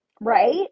right